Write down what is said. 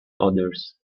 others